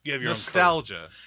nostalgia